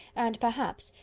and, perhaps,